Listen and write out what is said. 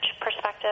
perspective